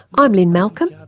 i'm lynne malcolm,